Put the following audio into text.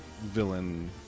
villain